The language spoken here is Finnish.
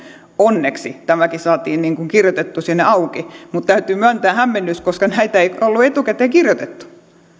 onneksi tämäkin saatiin kirjoitettua sinne auki mutta täytyy myöntää hämmennys koska näitä ei ollut etukäteen kirjoitettu